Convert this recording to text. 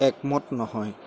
একমত নহয়